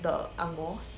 the ang mohs